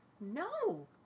No